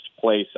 place